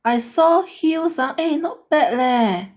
I saw heels ah eh not bad leh